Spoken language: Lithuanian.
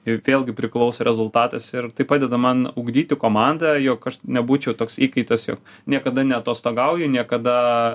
ir vėlgi priklauso rezultatas ir tai padeda man ugdyti komandą jog aš nebūčiau toks įkaitas jog niekada neatostogauju niekada